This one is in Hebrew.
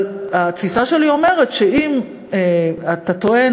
אבל התפיסה שלי אומרת שאם אתה טוען